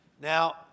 now